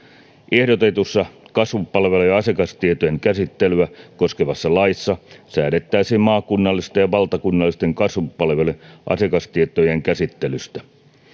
ehdotetussa kasvupalvelujen asiakastietojen käsittelyä koskevassa laissa säädettäisiin maakunnallisten ja valtakunnallisten kasvupalvelujen asiakastietojen käsittelystä